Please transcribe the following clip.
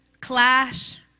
clash